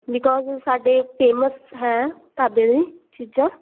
because ਸਾਡੇ famous ਹੈ ਢਾਬੇ ਦੀ ਚੀਜ਼ਾਂ